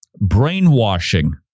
Brainwashing